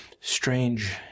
strange